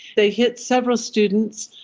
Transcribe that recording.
they hit several students,